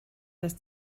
das